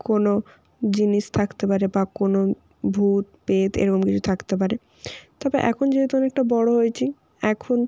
কোনও জিনিস থাকতে পারে বা কোনও ভুত প্রেত এরকম কিছু থাকতে পারে তবে এখন যেহেতু অনেকটা বড় হয়েছি এখন